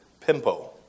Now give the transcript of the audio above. pimpo